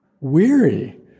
weary